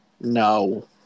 No